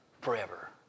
forever